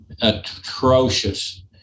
atrocious